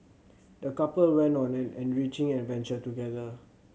the couple went on an enriching adventure together